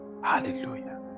Hallelujah